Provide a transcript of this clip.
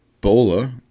Bola